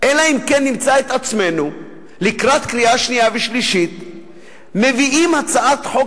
אלא אם כן נמצא את עצמנו לקראת קריאה שנייה ושלישית מביאים הצעת חוק